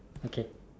okay